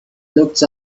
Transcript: looked